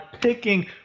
picking